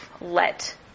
let